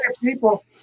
people